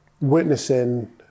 witnessing